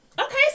Okay